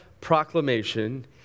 proclamation